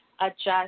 adjust